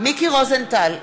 מיקי רוזנטל,